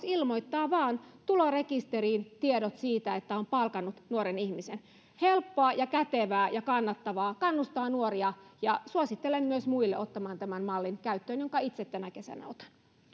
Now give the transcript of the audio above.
ilmoittaa vain tulorekisteriin tiedot siitä että on palkannut nuoren ihmisen helppoa ja kätevää ja kannattavaa kannustaa nuoria ja suosittelen myös muille ottamaan käyttöön tämän mallin jonka itse tänä kesänä otan